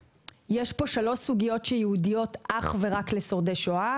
שלוש סוגיות שייעודיות אך ורק לשורדי שואה,